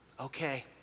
Okay